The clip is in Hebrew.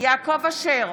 יעקב אשר,